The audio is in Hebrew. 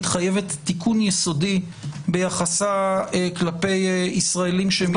חייבת תיקון יסודי ביחסה כלפי ישראלים שמפלים.